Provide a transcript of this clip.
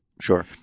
Sure